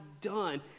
done